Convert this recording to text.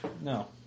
No